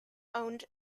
owned